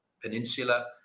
peninsula